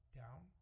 down